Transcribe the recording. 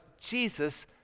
Jesus